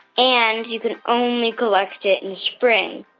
and you can only collect it in spring.